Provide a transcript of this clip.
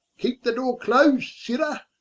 keepe the dore close sirha